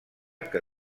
que